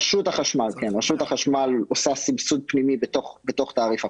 רשות החשמל עושה סבסוד פנימי בתוך תעריף החשמל.